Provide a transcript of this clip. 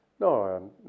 No